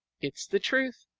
it's the truth.